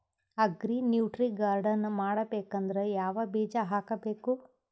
Agri nutri garden ಮಾಡಬೇಕಂದ್ರ ಯಾವ ಬೀಜ ಹಾಕಬೇಕು?